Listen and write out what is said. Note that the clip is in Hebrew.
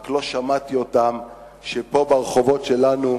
רק לא שמעתי אותם כשפה, ברחובות שלנו,